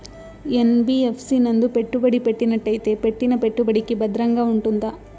NBFC నందు పెట్టుబడి పెట్టినట్టయితే పెట్టిన పెట్టుబడికి భద్రంగా ఉంటుందా?